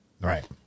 Right